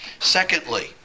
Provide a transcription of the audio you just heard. Secondly